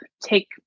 take